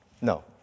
No